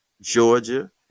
Georgia